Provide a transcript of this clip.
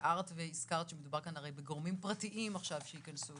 תיארת והזכרת שמדובר כאן בגורמים פרטיים עכשיו שייכנסו